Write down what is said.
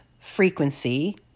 frequency